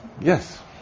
Yes